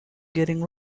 getting